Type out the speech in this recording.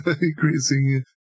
increasing